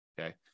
okay